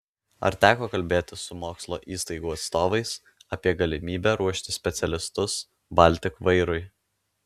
ar teko kalbėtis su mokslo įstaigų atstovais apie galimybę ruošti specialistus baltik vairui